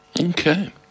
Okay